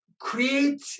create